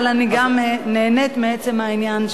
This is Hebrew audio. אבל אני גם נהנית מעצם העניין.